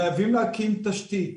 חייבים להקים תשתית,